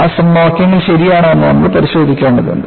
ആ സമവാക്യങ്ങൾ ശരിയാണോ എന്ന് നമ്മൾ പരിശോധിക്കേണ്ടതുണ്ട്